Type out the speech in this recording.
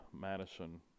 Madison